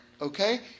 okay